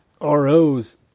ROs